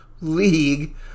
league